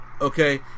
Okay